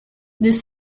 this